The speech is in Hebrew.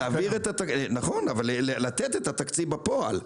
להעביר את התקציב בפועל.